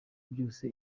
byose